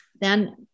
then-